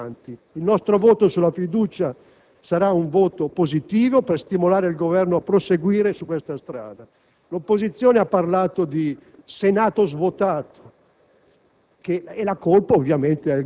prendiamo atto, ma andiamo avanti. Il nostro voto sulla fiducia sarà un voto positivo per stimolare il Governo a proseguire su questa strada. L'opposizione ha parlato di Senato svuotato